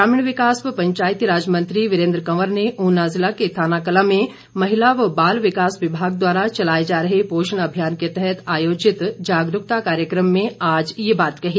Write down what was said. ग्रामीण विकास व पंचायती राज मंत्री वीरेंद्र कंवर ने ऊना जिला के थानाकलां में महिला व बाल विकास विभाग द्वारा चलाए जा रहे पोषण अभियान के तहत आयोजित जागरूकता कार्यक्रम में आज ये बात कही